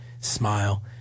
smile